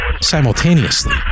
Simultaneously